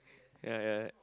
ya ya